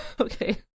Okay